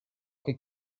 trois